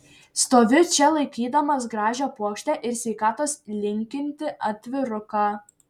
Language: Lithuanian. stoviu čia laikydamas gražią puokštę ir sveikatos linkintį atviruką